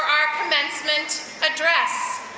our commencement address.